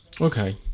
Okay